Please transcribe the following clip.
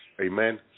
Amen